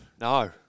No